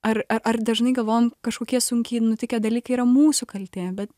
ar a ar dažnai galvojam kažkokie sunkiai nutikę dalykai yra mūsų kaltė bet